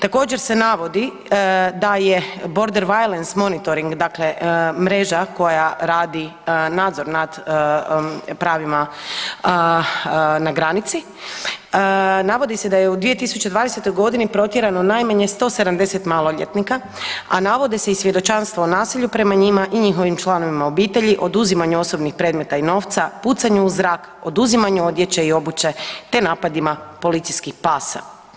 Također se navodi da je Border Violence Monitoring dakle, mreža koja radi nadzor nad pravima na granici navodi se da je u 2020. godini protjerano najmanje 170 maloljetnika, a navode se i svjedočanstva o nasilju prema njima i njihovim članovima obitelji, oduzimanje osobnih predmeta i novca, pucanje u zrak, oduzimanje odjeće i obuće te napadima policijskih pasa.